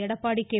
Edappadi K